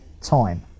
time